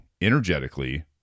energetically